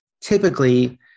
Typically